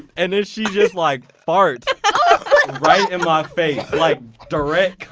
and then she just like farts. right in my face. like direct